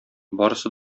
барысы